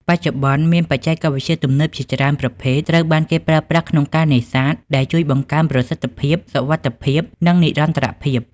បច្ចុប្បន្ន មានបច្ចេកវិទ្យាទំនើបជាច្រើនប្រភេទត្រូវបានគេប្រើប្រាស់ក្នុងការនេសាទ ដែលជួយបង្កើនប្រសិទ្ធភាព ភាពសុវត្ថិភាព និងនិរន្តរភាព។